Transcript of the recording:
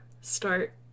start